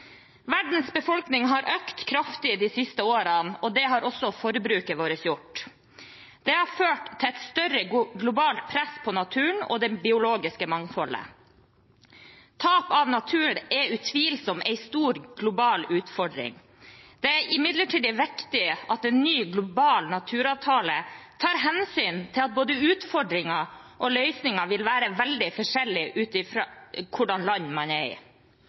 Verdens befolkning har økt kraftig de siste årene, og det har også forbruket vårt gjort. Det har ført til et større globalt press på naturen og det biologiske mangfoldet. Tap av natur er utvilsomt en stor global utfordring. Det er imidlertid viktig at en ny global naturavtale tar hensyn til at både utfordringer og løsninger vil være veldig forskjellig ut fra hvilket land man er i.